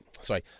sorry